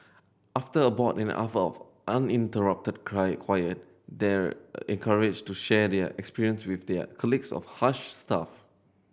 after about an hour of uninterrupted cry quiet they are encouraged to share their experience with their colleagues or Hush staff